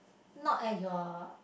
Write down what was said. not at your